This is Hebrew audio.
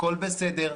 הכול בסדר,